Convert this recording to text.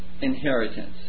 inheritance